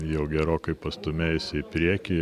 jau gerokai pastūmėjusi į priekį